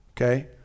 okay